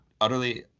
utterly